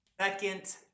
second